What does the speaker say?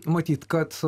matyt kad